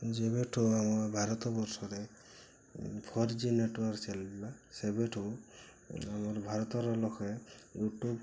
ଯେବେଠୁ ଆମ ଭାରତ ବର୍ଷରେ ଫୋର ଜି୍ ନେଟୱାର୍କ୍ ଚାଲିଲା ସେବେଠୁ ଆମ ଭାରତର ଲୋକେ ୟୁଟ୍ୟୁବ୍କୁ